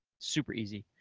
super easy.